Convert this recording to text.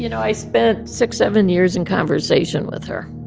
you know i spent six, seven years in conversation with her,